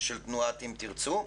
של תנועת "אם תרצו"